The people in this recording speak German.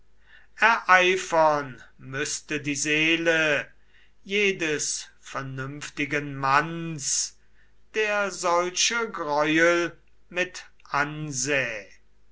ereifern müßte die seele jedes vernünftigen manns der solche greuel mit ansäh